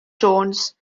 jones